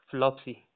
Flopsy